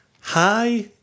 Hi